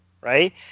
right